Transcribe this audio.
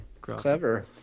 Clever